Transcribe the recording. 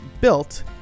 built